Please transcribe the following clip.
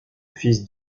fils